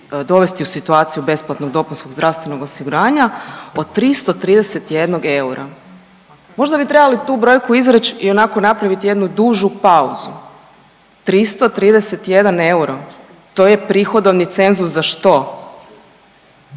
dovesti u situaciju besplatnog dopunskog zdravstvenog osiguranja od 331 eura. Možda bi trebali tu brojku izreći i onako, napraviti jednu dužu pauzu. 331 euro. To je prihodovni cenzus za što?